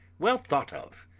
well thought of!